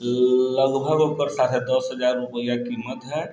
लगभग ओकर साढ़े दस हजार रुपैआ कीमत है